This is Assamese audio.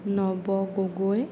নৱ গগৈ